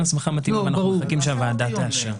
הסמכה מתאימה ואנחנו מחכים שהוועדה תאשר.